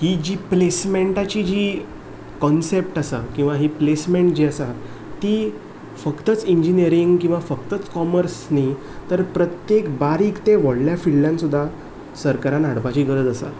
ती जी प्लेसमेंटाची जी कॉन्सेप्ट आसा किंवां ही प्लेसमेंट जी आसा ती फक्तच इंजिनियरींग किंवां फक्तच कॉमर्स न्ही तर प्रत्येक बारीक ते व्हडल्या फिल्डांत सुद्दा सरकारान हाडपाची गरज आसा